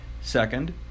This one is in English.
Second